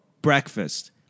breakfast